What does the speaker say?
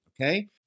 Okay